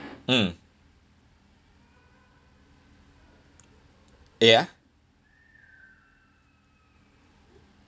mm ya